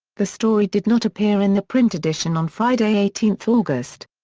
the story did not appear in the print edition on friday eighteen august.